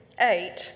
eight